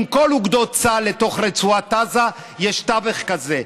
כל אוגדות צה"ל לתוך רצועת עזה יש תווך כזה.